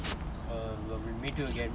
err we'll meet you again bye bye